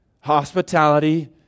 Hospitality